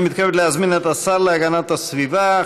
אני מתכבד להזמין את השר להגנת הסביבה,